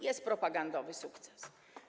Jest propagandowy sukces.